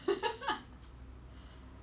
versus raping someone is